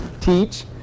teach